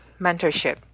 mentorship